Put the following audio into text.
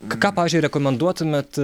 ką pavyzdžiui rekomenduotumėt